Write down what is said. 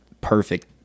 perfect